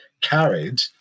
carried